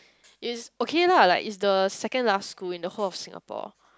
is okay lah like is the second last school in the whole Singapore